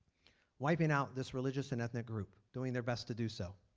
wiping out this religious and ethnic group, doing their best to do so.